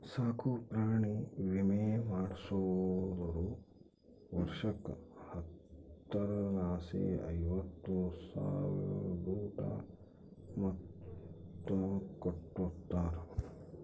ಸಾಕುಪ್ರಾಣಿ ವಿಮೆ ಮಾಡಿಸ್ದೋರು ವರ್ಷುಕ್ಕ ಹತ್ತರಲಾಸಿ ಐವತ್ತು ಸಾವ್ರುದೋಟು ಮೊತ್ತ ಕಟ್ಟುತಾರ